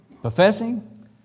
Professing